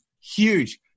huge